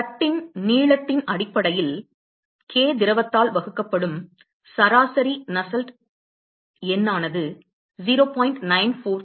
தட்டின் நீளத்தின் அடிப்படையில் k திரவத்தால் வகுக்கப்படும் சராசரி நஸ்ஸெல்ட் எண்ணானது 0